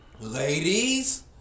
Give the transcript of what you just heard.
Ladies